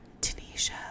Tunisia